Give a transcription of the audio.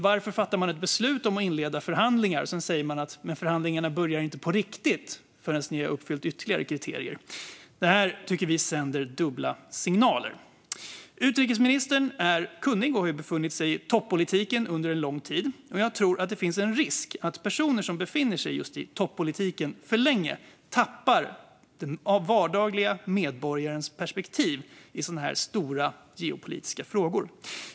Varför fattar man ett beslut om att inleda förhandlingar för att sedan säga att förhandlingarna inte börjar på riktigt förrän landet har uppfyllt ytterligare kriterier? Det sänder dubbla signaler, tycker vi. Utrikesministern är kunnig och har befunnit sig i toppolitiken under lång tid. Men jag tror att det finns en risk att personer som befinner sig i toppolitiken för länge tappar den vardagliga medborgarens perspektiv i sådana stora geopolitiska frågor.